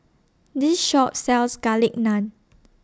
This Shop sells Garlic Naan